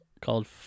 called